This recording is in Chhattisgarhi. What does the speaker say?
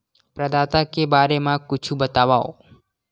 प्रदाता के बारे मा कुछु बतावव?